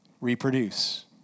reproduce